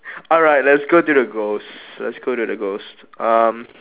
alright let's go to the ghost let's go to the ghost um